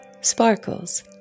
Sparkles